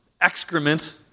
excrement